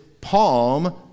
Palm